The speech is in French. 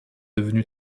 devenue